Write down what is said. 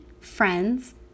friends